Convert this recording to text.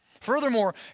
Furthermore